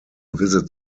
visit